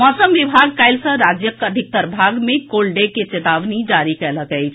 मौसम विभाग काल्हि सँ राज्यक अधिकतर भाग मे कोल्ड डे के चेतावनी जारी कयलक अछि